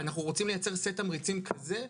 אנחנו רוצים לייצר סט תמריצים כזה.